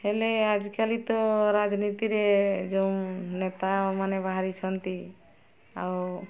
ହେଲେ ଆଜିକାଲି ତ ରାଜନୀତିରେ ଯେଉଁ ନେତା ଓ ମାନେ ବାହାରିଛନ୍ତି ଆଉ